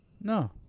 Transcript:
No